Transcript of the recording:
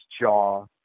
jaw